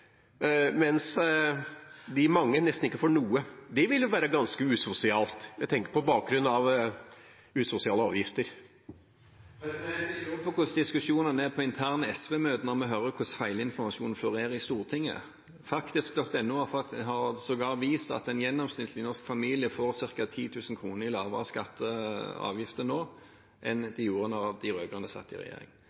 mens de mange nesten ikke får noe. Det ville være ganske usosialt – jeg tenker på bakgrunn av usosiale avgifter. Jeg lurer på hvordan diskusjonene er på interne SV-møter når vi hører hvordan feilinformasjonen florerer i Stortinget. Faktisk.no har sågar vist at en gjennomsnittlig norsk familie nå får ca. 10 000 kr mindre i skatter og avgifter enn hva de gjorde da de rød-grønne satt i regjering.